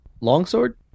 longsword